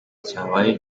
cyabaye